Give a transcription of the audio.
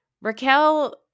Raquel